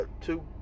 two